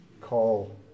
call